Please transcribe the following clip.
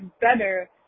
better